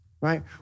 right